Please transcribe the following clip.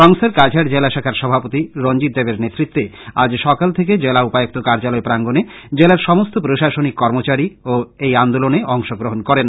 সংস্থার কাছাড় জেলা শাখার সভাপতি রঞ্জিত দেবের নেতৃত্বে আজ সকাল থেকে জেলা উপায়ুক্ত কার্য্যালয় প্রাঙ্গনে জেলার সমস্ত প্রশাসনিক কর্মচারীরা এই আন্দোলনে অংশ গ্রহন করেন